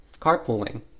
Carpooling